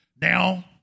Now